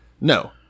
No